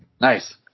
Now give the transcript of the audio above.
Nice